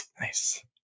nice